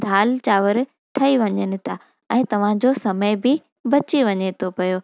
दालि चांवर ठही वञनि था ऐं तव्हांजो समय बि बची वञे थो पियो